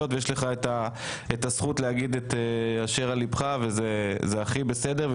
ויש לך את הזכות להגיד את אשר על לבך וזה הכי בסדר.